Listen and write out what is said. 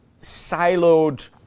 siloed